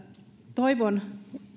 toivon